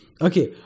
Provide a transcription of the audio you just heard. okay